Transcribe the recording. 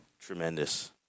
tremendous